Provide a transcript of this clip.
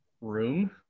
room